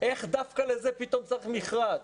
איך דווקא לזה פתאום צריך מכרז?